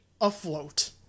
afloat